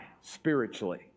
spiritually